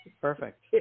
Perfect